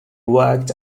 worked